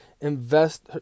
invest